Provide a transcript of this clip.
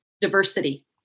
diversity